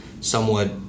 somewhat